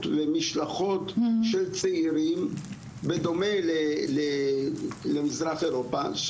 למשלחות של צעירים בדומה למזרח אירופה,